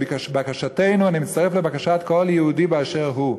ובקשתנו, אני מצטרף לבקשת כל יהודי באשר הוא,